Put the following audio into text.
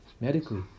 medically